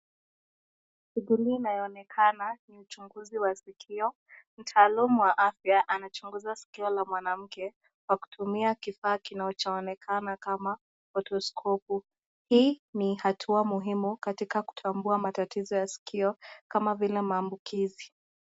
Ukumbizi inaonekana ni uchunguzi wa sikio, mtaalamu wa afya anachunguza mwanamke sikio la mwanamke kwa kutumia kifaa kichoonekana kama stereoscopu . Hii ni hatua muhimu katika kutambua matatizo ya skio kama vile maambukizi.